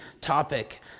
topic